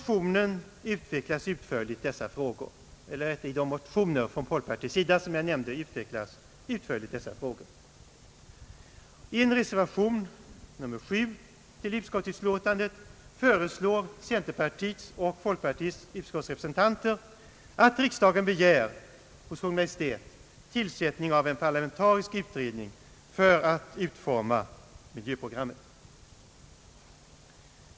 I de motioner från folkpartiets sida som jag nämnde utvecklas dessa frågor utförligt. folkpartiets utskottsrepresentanter att riksdagen hos Kungl. Maj:t begär tillsättande av en parlamentarisk utredning för att utforma miljöprogrammet.